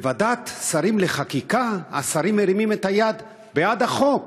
בוועדת שרים לחקיקה השרים מרימים את היד בעד החוק,